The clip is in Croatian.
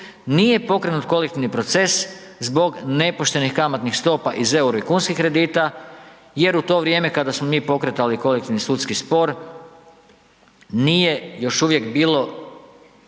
nije pokrenut kolektivni proces zbog nepoštenih kamatnih stopa iz euro i kunskih kredita jer u to vrijeme kada smo mi pokretali kolektivni sudski spor nije još uvijek bilo,